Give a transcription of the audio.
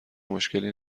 مشکلی